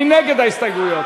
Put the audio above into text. מי נגד ההסתייגויות?